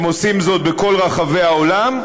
הם עושים זאת בכל רחבי העולם,